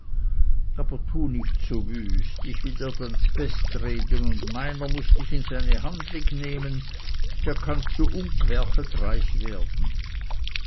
aber tue nicht so wüst ich will dir dann z'best reden und meiner muß dich in seine handlig nehmen da kannst du ungwerchet reich werden